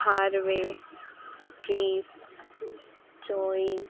harvey tris joe